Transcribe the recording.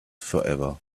forever